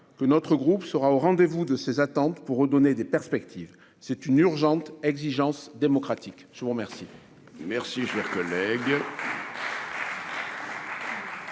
que notre groupe sera au rendez-vous des attentes pour redonner des perspectives. C'est une urgente exigence démocratique. Nous en